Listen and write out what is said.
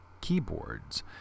Keyboards